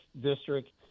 district